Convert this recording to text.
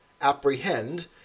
apprehend